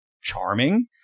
charming